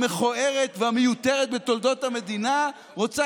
המכוערת והמיותרת בתולדות המדינה רוצה